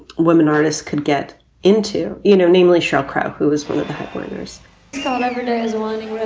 women artists could get into, you know, namely show crowd who is at the headquarters never knows one.